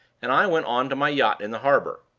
and i went on to my yacht in the harbor.